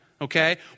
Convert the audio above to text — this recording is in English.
Okay